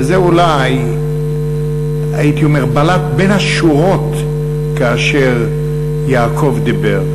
וזה אולי בלט בין השורות כאשר יעקב דיבר,